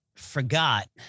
forgot